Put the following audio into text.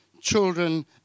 children